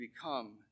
become